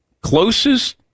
Closest